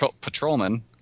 Patrolman